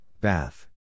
bath